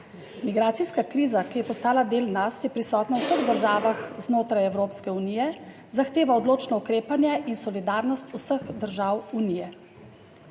Migracijska kriza, ki je postala del nas, je prisotna v vseh državah znotraj Evropske unije. Zahteva odločno ukrepanje in solidarnost vseh držav Unije.